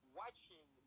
watching